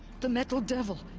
the metal devil!